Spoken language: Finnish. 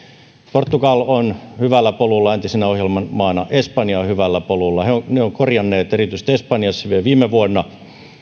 portugali on hyvällä polulla entisenä ohjelman maana espanja on hyvällä polulla ne ovat korjanneet erityisesti espanjassa vielä viime vuonna